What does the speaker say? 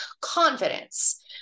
confidence